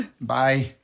Bye